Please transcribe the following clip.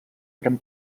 gran